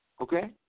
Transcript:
Okay